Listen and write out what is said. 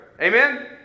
Amen